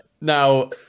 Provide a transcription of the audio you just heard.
now